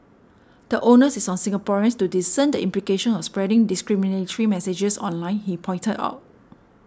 the onus is on Singaporeans to discern the implications of spreading discriminatory messages online he pointed out